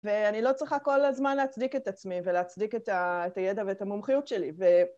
ואני לא צריכה כל הזמן להצדיק את עצמי ולהצדיק את הידע ואת המומחיות שלי ו...